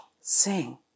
sing